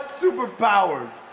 superpowers